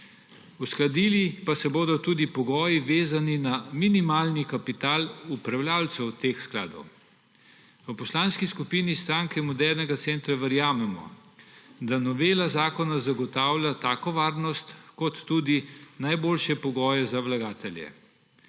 uskladili pa se bodo tudi pogoji, vezani na minimalni kapital upravljavcev teh skladov. V Poslanski skupini Stranke modernega centra verjamemo, da novela zakona zagotavlja tako varnost kot tudi najboljše pogoje za vlagatelje,